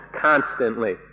constantly